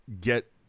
get